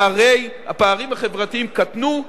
הפערים החברתיים קטנו.